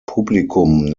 publikum